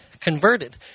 converted